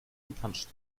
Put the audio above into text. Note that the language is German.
gepanscht